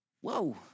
Whoa